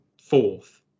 fourth